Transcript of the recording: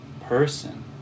person